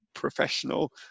Professional